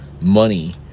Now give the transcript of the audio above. money